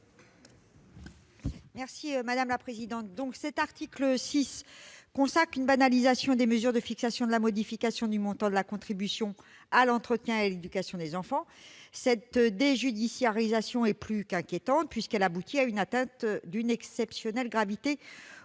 Mme Éliane Assassi. L'article 6 consacre une banalisation des mesures de fixation de la modification du montant d'une contribution à l'entretien et à l'éducation des enfants. Cette déjudiciarisation est plus qu'inquiétante, puisqu'elle aboutit à une atteinte d'une exceptionnelle gravité